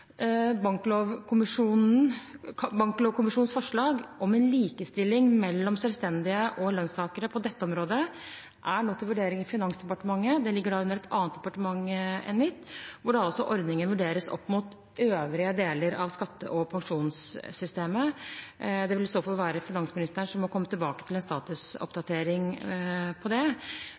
Banklovkommisjonens forslag om likestilling mellom selvstendig næringsdrivende og lønnstakere på dette området er nå til vurdering i Finansdepartementet – det ligger altså under et annet departement enn mitt – hvor ordningen vurderes opp mot øvrige deler av skatte- og pensjonssystemet. Det vil i så fall være finansministeren som må komme tilbake til en statusoppdatering på det.